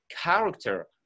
character